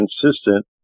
consistent